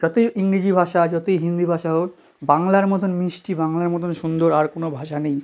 যতোই ইংরিজি ভাষা যতোই হিন্দি ভাষা হোক বাংলার মতন মিষ্টি বাংলার মতন সুন্দর আর কোনো ভাষা নেই